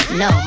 no